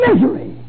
misery